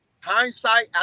hindsight